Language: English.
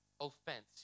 offense